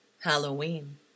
Halloween